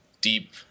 deep